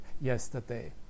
yesterday